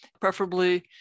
preferably